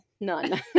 None